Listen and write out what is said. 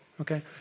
okay